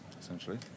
essentially